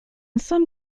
some